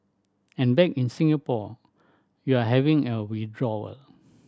and back in Singapore you're having a withdrawal